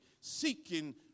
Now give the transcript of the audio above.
seeking